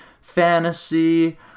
fantasy